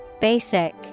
Basic